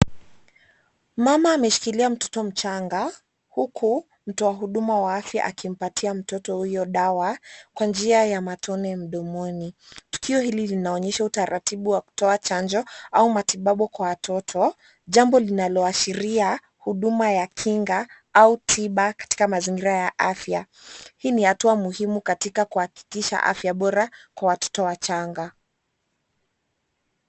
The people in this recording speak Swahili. Mama ameshikilia mtoto mchanga ,huku mtu wa huduma wa afya akimpatia mtoto huyo dawa kwa njia ya matone mdomoni. Tukio hili linaonyesha utaratibu wa kutoa chanjo au matibabu kwa watoto, jambo linaloashiria huduma ya kinga au tiba katika mazingira ya afya. Hii ni hatua muhimu katika kuhakikisha afya bora kwa watoto wachanga.